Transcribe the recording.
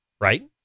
right